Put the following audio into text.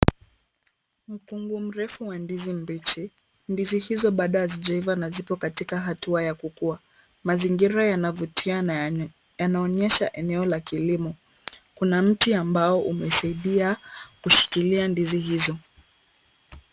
Mkungu mrefu wa ndizi mbichi. Ndizi hizo bado hazijaiva na ziko katika hatua ya kukua. Mazingira yanavutia na yanaonyesha maeneo ya kilimo. Kuna mti ambao umesaidia kushikilia ndizi hizo.